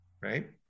right